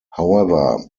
however